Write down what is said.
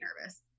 nervous